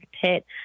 pit